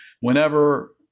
Whenever